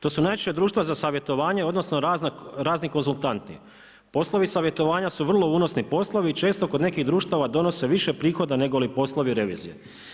To su najčešće društva za savjetovanje odnosno razni konzultanti, poslovi savjetovanja su vrlo unosni poslovi i često kod nekih društava donose više prihoda negoli poslovi revizije.